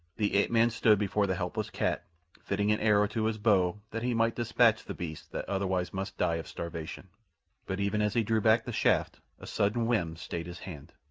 the ape-man stood before the helpless cat fitting an arrow to his bow that he might dispatch the beast that otherwise must die of starvation but even as he drew back the shaft a sudden whim stayed his hand.